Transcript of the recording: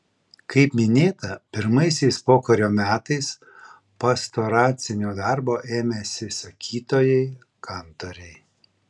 kaip minėta pirmaisiais pokario metais pastoracinio darbo ėmėsi sakytojai kantoriai